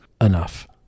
enough